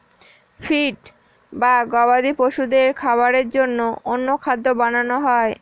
feed বা গবাদি পশুদের খাবারের জন্য অন্য খাদ্য বানানো হয়